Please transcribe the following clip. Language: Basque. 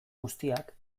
guztiak